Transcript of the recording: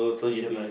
universe